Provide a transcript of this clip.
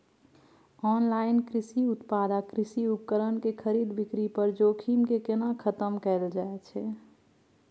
Online कृषि उत्पाद आ कृषि उपकरण के खरीद बिक्री पर जोखिम के केना खतम कैल जाए छै?